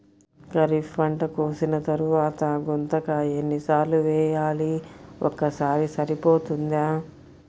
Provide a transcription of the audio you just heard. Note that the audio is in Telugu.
ఖరీఫ్ పంట కోసిన తరువాత గుంతక ఎన్ని సార్లు వేయాలి? ఒక్కసారి సరిపోతుందా?